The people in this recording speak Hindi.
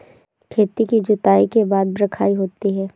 खेती की जुताई के बाद बख्राई होती हैं?